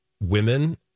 women